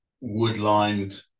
wood-lined